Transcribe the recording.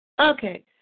Okay